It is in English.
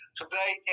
today